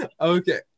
Okay